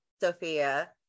Sophia